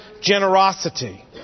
generosity